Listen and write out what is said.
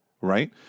right